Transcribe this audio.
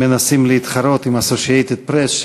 הם מנסים להתחרות עם Associated Press,